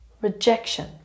rejection